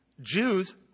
Jews